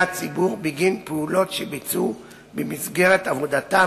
הציבור בגין פעולות שביצעו במסגרת עבודתם